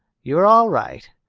you're all right.